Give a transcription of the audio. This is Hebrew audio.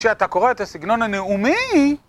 כשאתה קורא את הסגנון הנאומי...